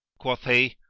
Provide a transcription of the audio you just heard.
quoth he,